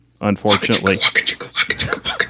unfortunately